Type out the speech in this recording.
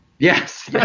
Yes